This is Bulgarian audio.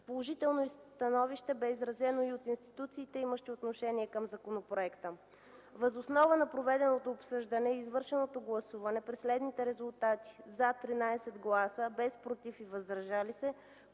Положително становище бе изразено и от институциите, имащи отношение към законопроекта. Въз основа на проведеното обсъждане и извършеното гласуване при следните резултати: „за” – 13 гласа, без „против” и „въздържали се”,